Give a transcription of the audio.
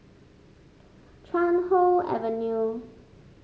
Chuan Hoe Avenue